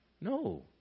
No